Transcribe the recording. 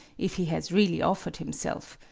if he has really offered himself.